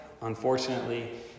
Unfortunately